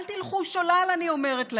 אל תלכו שולל, אני אומרת להם,